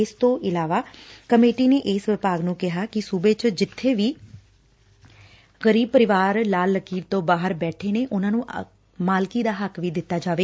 ਇਸ ਤੋਂ ਇਲਾਵਾ ਕਮੇਟੀ ਨੇ ਇਸ ਵਿਭਾਗ ਨੁੰ ਕਿਹਾ ਐ ਕਿ ਸੁਬੇ ਚ ਜਿੱਬੇ ਵੀ ਗਰੀਬ ਪਰਿਵਾਰ ਲਾਲ ਲਕੀਰ ਤੋਂ ਬਾਹਰ ਬੈਠੇ ਨੇ ਉਨ੍ਹਾਂ ਨੁੰ ਮਾਲਕੀ ਦਾ ਹੱਕ ਵੀ ਦਿੱਤਾ ਜਾਵੇ